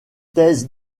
thèses